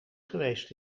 geweest